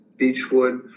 Beachwood